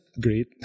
great